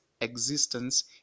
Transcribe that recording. existence